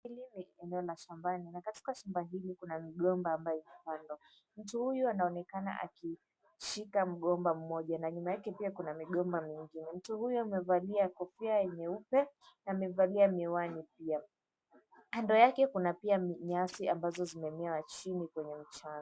Hili ni eneo la shambani na katika shamba hili kuna migomba iliyopandwa. Mtu huyu anaonekana akishika mgomba moja na nyuma yake pia kuna migomba nyingi, mtu huyu amevalia kofia nyeupe na amevalia miwani pia. Kando yake kuna pia nyasi ambazo zimemea chini kwenye mchanga.